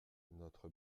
notre